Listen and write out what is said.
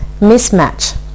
mismatch